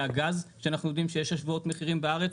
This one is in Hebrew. הגז שאנחנו יודעים שיש השוואות מחירים בארץ,